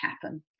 happen